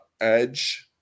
Edge